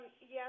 yes